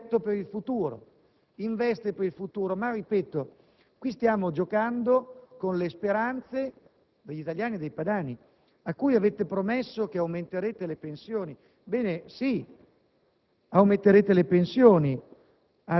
Quindi, fa un progetto per il futuro, investe per il futuro. Ma qui, lo ripeto, stiamo giocando con le speranze degli italiani e dei padani a cui avete promesso che aumenterete le pensioni. Ebbene, sì,